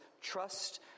trust